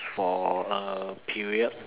for a period